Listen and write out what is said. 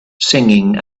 singing